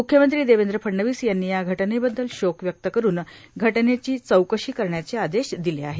मुख्यमंत्री देवेंद्र फडणवीस यांनी या घटनेबद्दल शोक व्यक्त करून घटनेची चौकशी करण्याचे आदेश दिले आहेत